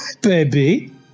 baby